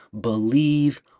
believe